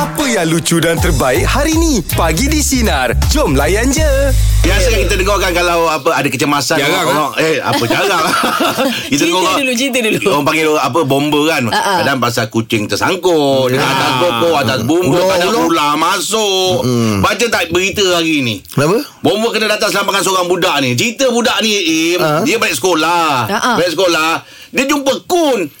Apa yang lucu dan terbaik hari ni? Pagi di Sinar. Jom layan je. Biasa yang kita dengarkan kalau apa, ada kecemasan, Jarang, orang eh? tengok, eh, apa jarang? Kita Cerita tengok, dulu, cerita dulu. orang panggil apa, bomba kan? Ha, ha. Kadang pasal kucing tersangkut, Ya. atas pokok, atas bumbu, kadang Ulo-ulo. ular masuk. Mm-mm. Baca tak berita hari ni? Apa? Bomba kena datang selamatkan seorang budak ni. Cerita budak ni, Im, Ha? dia balik sekolah. Ha, ha. Balik sekolah, dia jumpa kun.